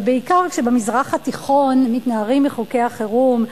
ובעיקר כשבמזרח התיכון מתנערים מחוקי החירום,